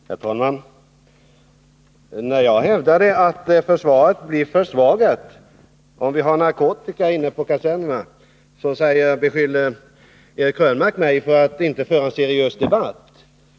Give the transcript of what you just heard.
Herr talman! När jag hävdade att försvaret blir försvagat om vi har narkotika inne på kasernerna, beskyllde Eric Krönmark mig för att inte föra en seriös debatt.